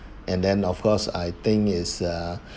and then of course I think is uh